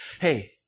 hey